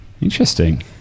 Interesting